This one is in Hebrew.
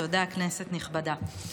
תודה, כנסת נכבדה.